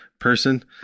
Person